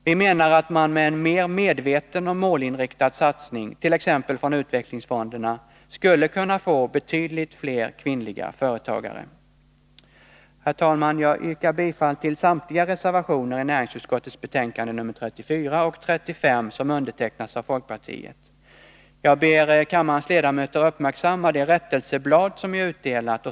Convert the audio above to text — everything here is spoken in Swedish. Vi menar att man med en mer medveten och målinriktad satsning, t.ex. från utvecklingsfonderna, skulle kunna få betydligt fler kvinnliga företagare. Herr talman! Jag yrkar bifall till samtliga reservationer som har undertecknats av folkpartiet till näringsutskottets betänkanden nr 34 och nr 35. Jag ber kammarens ledamöter uppmärksamma det rättelseblad som är utdelat.